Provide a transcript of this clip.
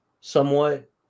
somewhat